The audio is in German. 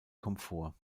komfort